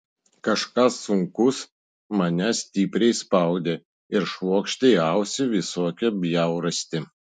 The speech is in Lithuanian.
kažkas sunkus mane stipriai spaudė ir švokštė į ausį visokią bjaurastį